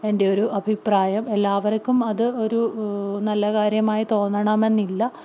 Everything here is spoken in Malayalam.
എൻ്റെയൊരു അഭിപ്രായം എല്ലാവർക്കും അതൊരു നല്ല കാര്യമായി തോന്നണമെന്നില്ല